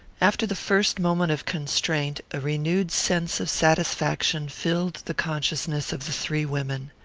after the first moment of constraint a renewed sense of satisfaction filled the consciousness of the three women.